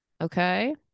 okay